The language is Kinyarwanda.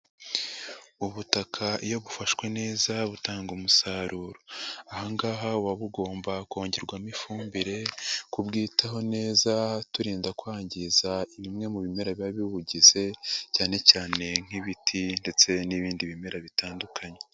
Ubutaka iyo bufashwe neza butanga umusaruro, aha ngaha buba bugomba kongerwamo ifumbire, kubwitaho neza turinda kwangiza bimwe mu bimera biba bibugize cyane cyane nk'ibiti ndetse n'ibindi bimera bitandukanye.